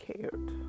cared